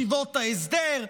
על ישיבות ההסדר,